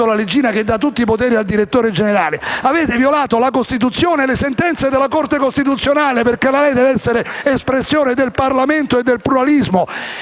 la leggina che attribuisce tutti i poteri al direttore generale avete violato la Costituzione e le sentenze della Corte costituzionale perché la RAI deve essere espressione del Parlamento e del pluralismo.